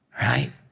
right